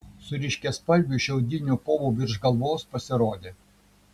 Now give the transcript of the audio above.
su ryškiaspalviu šiaudiniu povu virš galvos pasirodė